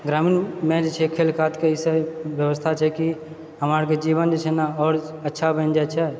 ग्रामीणमे जैछे खेलकूदके इसब व्यवस्था छै कि हमरा आरके जीवन जेछे ने अच्छा आओर बनि जाए छेै